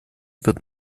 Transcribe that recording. wird